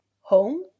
home